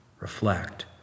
reflect